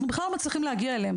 אנחנו בכלל לא מצליחים להגיע אליהם.